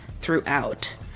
throughout